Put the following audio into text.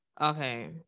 Okay